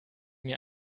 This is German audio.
mir